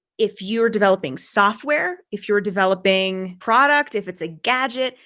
if you're developing software, if you're developing product, if it's a gadget,